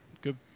Good